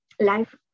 life